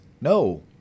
no